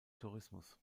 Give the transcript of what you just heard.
tourismus